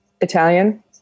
Italian